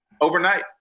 overnight